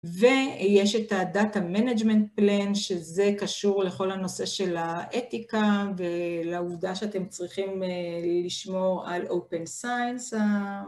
ויש את הדאטה מנג'מנט פלן שזה קשור לכל הנושא של האתיקה ולעובדה שאתם צריכים לשמור על אופן סיינס